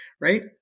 right